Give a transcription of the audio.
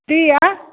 दिअ